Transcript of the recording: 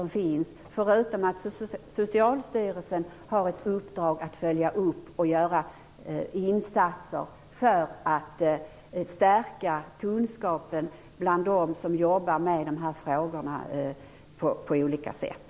Dessutom har Socialstyrelsen i uppdrag att följa upp och göra insatser för att stärka kunskapen bland dem som jobbar med de här frågorna på olika sätt.